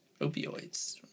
opioids